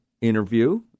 interview